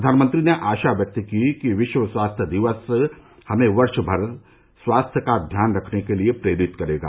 प्रधानमंत्री ने आशा व्यक्त की कि विश्व स्वास्थ्य दिवस हमें वर्ष भर स्वास्थ्य का ध्यान रखने के लिए प्रेरित करेगा